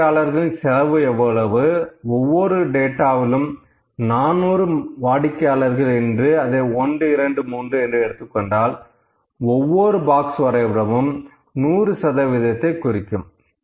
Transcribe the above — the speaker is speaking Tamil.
வாடிக்கையாளர்களின் செலவு எவ்வளவு ஒவ்வொரு டேட்டாவிலும் 400 வாடிக்கையாளர்கள் என்று அதை 1 2 3 என்று எடுத்துக் கொண்டால் ஒவ்வொரு பாக்ஸ் வரைபடமும் 100 சதவீதத்தை குறிக்கும்